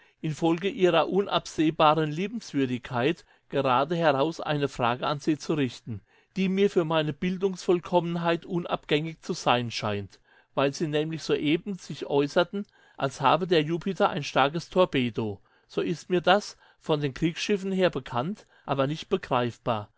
infolge ihrer unabsehbaren liebenswürdigkeit geradeheraus eine frage an sie zu richten die mir für meine bildungsvollkommenheit unabgängig zu sein scheint weil sie nämlich soeben sich äußerten als habe der jupiter ein starkes torpedo so ist mir das von den kriegsschiffen her bekannt aber nicht begreifbar